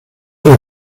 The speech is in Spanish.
los